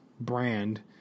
brand